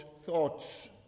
thoughts